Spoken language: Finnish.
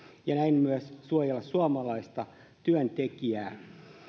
ja näin myös suojella suomalaista työntekijää